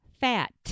fat